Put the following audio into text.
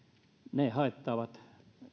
ne haittaavat